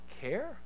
care